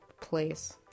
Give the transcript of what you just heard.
place